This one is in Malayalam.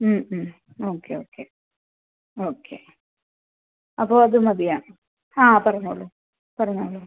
ഉം ഉം ഓക്കെ ഓക്കെ ഓക്കെ അപ്പോൾ അത് മതിയോ ആ പറഞ്ഞോളു പറഞ്ഞോളു